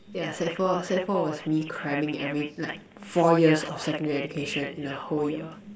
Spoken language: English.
yeah sec four sec four was me cramming every like four years of secondary education in a whole year